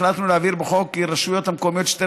החלטנו להבהיר בחוק כי הרשויות המקומיות שטרם